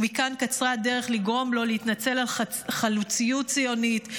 ומכאן קצרה הדרך לגרום לו להתנצל על חלוציות ציונית,